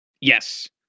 Yes